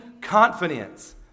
confidence